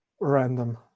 random